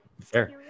Fair